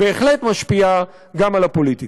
בהחלט משפיעה גם על הפוליטיקה.